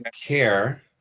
Care